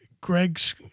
Greg's